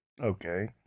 Okay